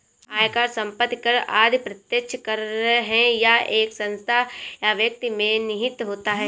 आयकर, संपत्ति कर आदि प्रत्यक्ष कर है यह एक संस्था या व्यक्ति में निहित होता है